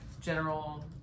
general